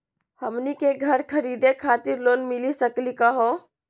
हमनी के घर खरीदै खातिर लोन मिली सकली का हो?